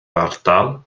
ardal